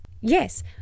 Yes